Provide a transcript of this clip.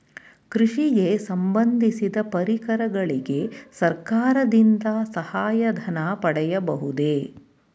ಕೃಷಿಗೆ ಸಂಬಂದಿಸಿದ ಪರಿಕರಗಳಿಗೆ ಸರ್ಕಾರದಿಂದ ಸಹಾಯ ಧನ ಪಡೆಯಬಹುದೇ?